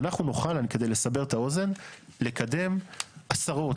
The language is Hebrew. אנחנו נוכל לקדם עשרות,